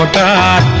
da